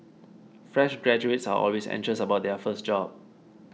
fresh graduates are always anxious about their first job